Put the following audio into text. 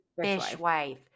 Fishwife